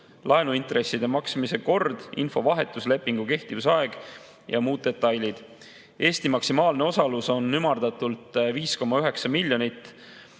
laenuintresside maksmise kord, infovahetus, lepingu kehtivusaeg ja muud detailid. Eesti maksimaalne osalus on ümardatult 5,9 miljonit